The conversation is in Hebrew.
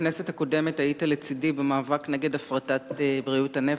בכנסת הקודמת היית לצדי במאבק נגד הפרטת בריאות הנפש.